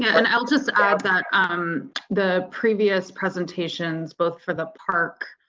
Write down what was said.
and i'll just add that um the previous presentations both for the park.